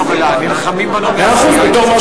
הוא עולה בתור רוסי.